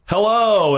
Hello